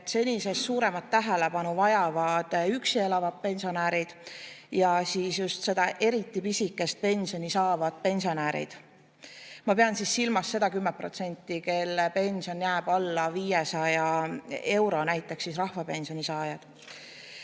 et senisest suuremat tähelepanu vajavad üksi elavad pensionärid ja just eriti pisikest pensioni saavad pensionärid. Ma pean silmas seda 10%, kelle pension jääb alla 500 euro, näiteks rahvapensioni saajaid.